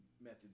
method